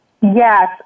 Yes